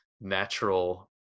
natural